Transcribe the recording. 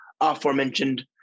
aforementioned